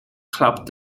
club